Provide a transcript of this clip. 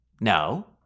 No